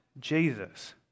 Jesus